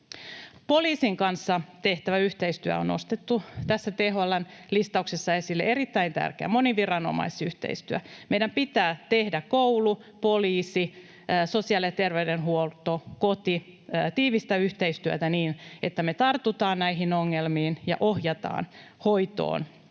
Poliisin kanssa tehtävä yhteistyö on nostettu tässä THL:n listauksessa esille, moniviranomaisyhteistyö — erittäin tärkeä. Meidän pitää tehdä koulun, poliisin, sosiaali- ja terveydenhuollon ja kodin välillä tiivistä yhteistyötä, niin että me tartutaan näihin ongelmiin ja ohjataan hoitoon